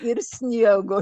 ir sniego